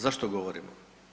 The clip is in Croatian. Zašto govorimo?